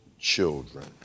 children